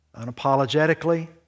unapologetically